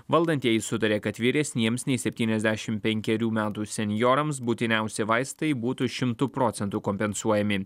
valdantieji sutarė kad vyresniems nei septyniasdešim penkerių metų senjorams būtiniausi vaistai būtų šimtu procentų kompensuojami